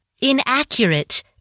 inaccurate